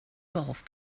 golf